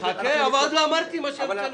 אנחנו --- אבל עוד לא אמרתי מה שאני רוצה לומר.